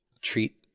treat